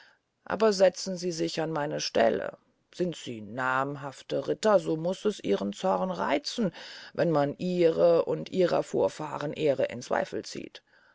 aber setzen sie sich an meine stelle sind sie mannhafte ritter so muß es ihren zorn reizen wenn man ihre und ihrer vorfahren ehre in zweifel zieht